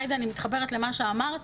עאידה, אני מתחברת למה שאמרת.